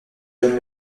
donne